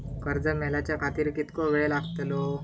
कर्ज मेलाच्या खातिर कीतको वेळ लागतलो?